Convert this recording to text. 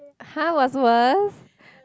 how were was